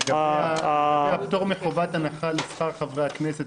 לגבי פטור מחובת הנחה לשכר חברי הכנסת,